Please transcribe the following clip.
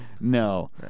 No